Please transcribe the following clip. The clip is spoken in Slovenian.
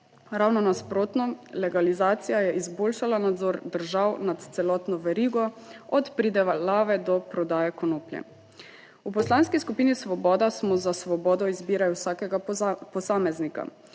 ravno nasprotno, legalizacija je izboljšala nadzor držav nad celotno verigo, od pridelave do prodaje konoplje. V Poslanski skupini Svoboda smo za svobodo izbire vsakega posameznika.